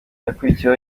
yakurikiyeho